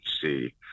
see